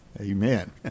Amen